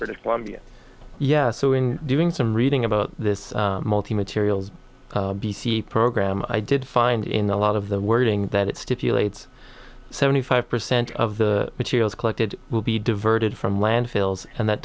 to columbia yeah so in doing some reading about this multi materials b c program i did find in the lot of the wording that it stipulates seventy five percent of the materials collected will be diverted from landfills and that